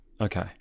okay